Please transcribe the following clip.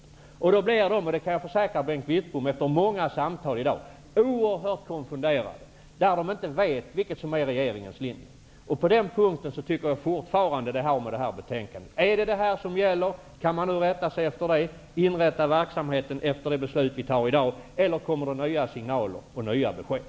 Jag kan efter många samtal från representanter för högskolor och universitet försäkra Bengt Wittbom om att de är oerhört konfunderade över över vad som är regeringens linje. Jag tycker fortfarande att denna sak har med dagens betänkande att göra. Är det nu detta som gäller? Kan de inrätta verksamheten efter det beslut som skall fattas i dag? Eller skall det komma nya signaler och besked?